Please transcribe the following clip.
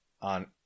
on